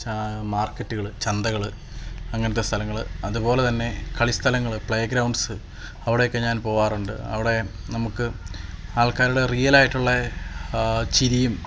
ച്ചാ മാര്ക്കറ്റുകള് ചന്തകള് അങ്ങനത്തെ സ്ഥലങ്ങള് അതുപോലെതന്നെ കളിസ്ഥലങ്ങള് പ്ലേ ഗ്രൗണ്ട്സ് അവിടെയൊക്കെ ഞാന് പോകാറുണ്ട് അവിടെ നമുക്ക് ആള്ക്കാരുടെ റിയലായിട്ടുള്ള ചിരിയും